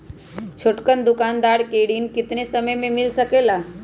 छोटकन दुकानदार के ऋण कितने समय मे मिल सकेला?